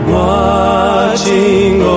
watching